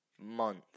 month